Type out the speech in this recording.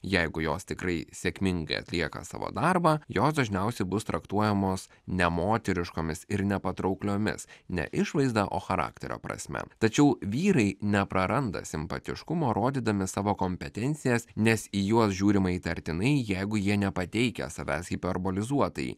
jeigu jos tikrai sėkmingai atlieka savo darbą jos dažniausiai bus traktuojamos ne moteriškomis ir nepatraukliomis ne išvaizda o charakterio prasme tačiau vyrai nepraranda simpatiškumo rodydami savo kompetencijas nes į juos žiūrima įtartinai jeigu jie nepateikia savęs hiperbolizuotai